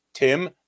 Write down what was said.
Tim